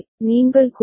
An' DA I'